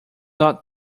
not